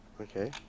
Okay